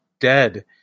dead